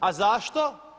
A zašto?